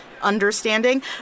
understanding